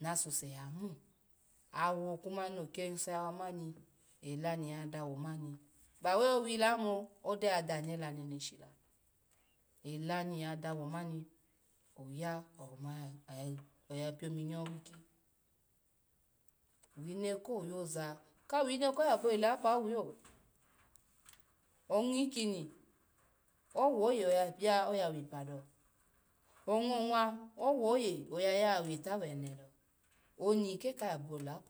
na asuse ya mun, awo kuma no ke yiso yawa mani ela ni nyya dawo mani ba wai owi la mbo odoi ya dane ela neneshi la, ela ni nyya dawo mani, oya awo ma ya a pyominyo owikyi wine ko yoza ka wine ko yabo yi lapawu yo, ongi ikyini, owo oye oyaya awepa do, ongo onwa owoye oya ya oweta wene do, oni ke ka ya bo lapawu.